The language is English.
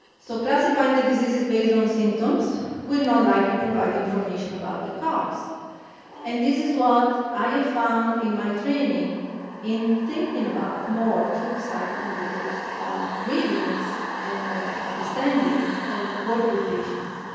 so classifying the diseases based on symptoms will not likely provide information about the cause and this is what i have found in my training in thinking about more through the psychoanalytic readings and understanding and work with patients.